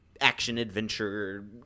action-adventure